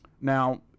now